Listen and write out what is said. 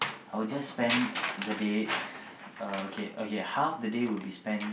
I will just spend the day okay okay half the day will be spent